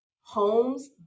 homes